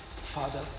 Father